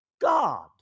God